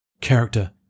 character